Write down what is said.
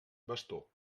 bastó